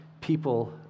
people